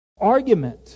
argument